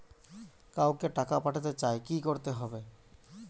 কাউকে টাকা পাঠাতে চাই কি করতে হবে?